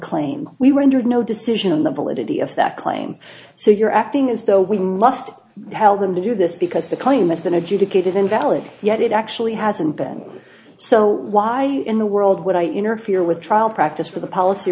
claim we were injured no decision on the validity of that claim so you're acting as though we must tell them to do this because the claim that's been adjudicated invalid yet it actually hasn't been so why in the world would i interfere with trial practice for the policy